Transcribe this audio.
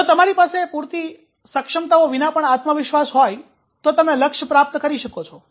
જો તમારી પાસે પૂરતી સક્ષમતાઓ વિના પણ આત્મવિશ્વાસ હોય તો તમે લક્ષ્ય પ્રાપ્ત કરી શકો છો